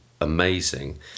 amazing